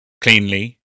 cleanly